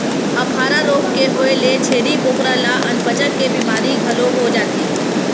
अफारा रोग के होए ले छेरी बोकरा ल अनपचक के बेमारी घलो हो जाथे